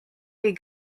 les